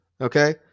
Okay